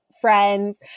friends